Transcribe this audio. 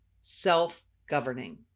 self-governing